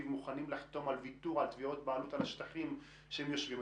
מוכנים לחתום על ויתור על תביעות בעלות על השטחים שהם יושבים עליהם,